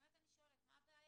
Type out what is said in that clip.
באמת אני שואלת מה הבעיה.